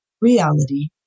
reality